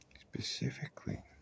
Specifically